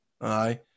Aye